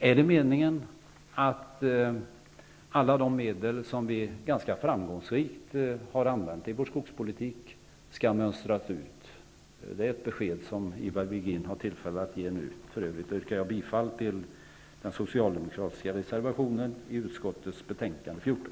Är det meningen att alla de medel som vi ganska framgångsrikt har använt i vår skogspolitik skall mönstras ut? Det är ett besked som Ivar Virgin har tillfälle att ge nu. För övrigt yrkar jag bifall till den socialdemokratiska reservationen i utskottets betänkande 14.